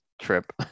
trip